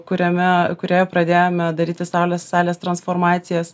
kuriame kurioje pradėjome daryti saulės salės transformacijas